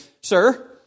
Sir